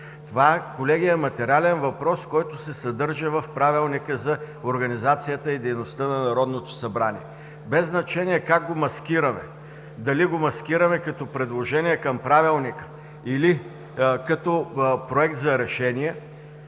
това е материален въпрос, който се съдържа в Правилника за организацията и дейността на Народното събрание. Без значение как го маскираме – дали като предложение към Правилника, или като Проект за решение,